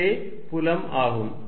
இதுவே புலம் ஆகும்